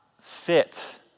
fit